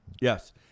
Yes